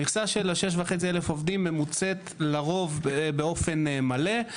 המכסה של 6,500 העובדים ממוצית לרוב באופן מלא,